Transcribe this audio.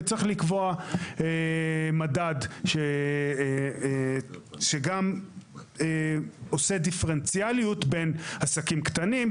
וצריך לקבוע מדד שגם עושה דיפרנציאליות בין עסקים קטנים,